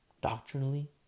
Doctrinally